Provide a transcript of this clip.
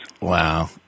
wow